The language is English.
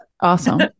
Awesome